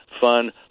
fun